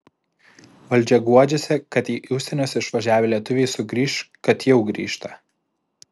valdžia guodžiasi kad į užsienius išvažiavę lietuviai sugrįš kad jau grįžta